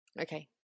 Okay